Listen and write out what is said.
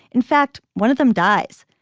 in fact one of them dies.